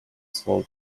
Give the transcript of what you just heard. slow